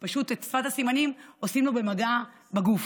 פשוט את שפת הסימנים עושים לו במגע בגוף.